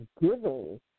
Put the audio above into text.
giving